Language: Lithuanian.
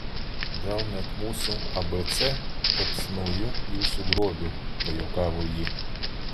gal net mūsų abc taps nauju jūsų grobiu pajuokavo ji